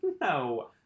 No